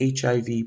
HIV